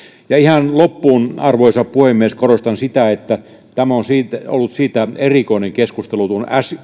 ihan loppuun arvoisa puhemies korostan sitä että tämä on ollut siitä erikoinen keskustelu tuon